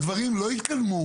הדברים לא התקדמו.